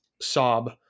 sob